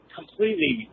completely